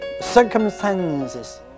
circumstances